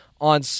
on